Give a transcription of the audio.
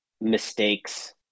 mistakes